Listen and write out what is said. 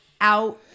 out